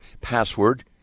password